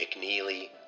McNeely